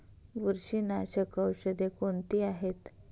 बुरशीनाशक औषधे कोणती आहेत?